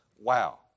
Wow